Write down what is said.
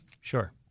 Sure